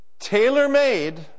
tailor-made